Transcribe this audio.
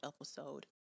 episode